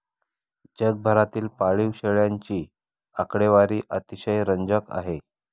जगभरातील पाळीव शेळ्यांची आकडेवारी अतिशय रंजक आहे